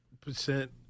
percent